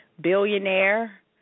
billionaire